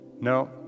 No